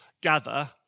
gather